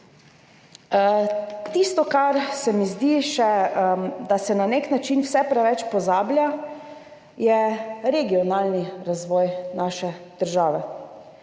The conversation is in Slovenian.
Tisto, kar se mi zdi, da se na nek način vse preveč pozablja, je regionalni razvoj naše države.